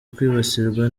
kwibasirwa